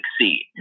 succeed